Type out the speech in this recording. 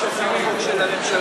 יש הצעת חוק של הממשלה,